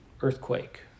earthquake